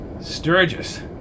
sturgis